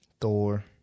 Thor